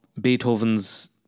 Beethoven's